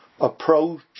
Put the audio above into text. approach